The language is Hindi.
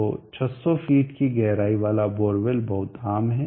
तो 600 फीट की गहराई वाला बोरवेल बहुत आम है